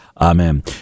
Amen